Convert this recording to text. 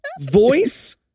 voice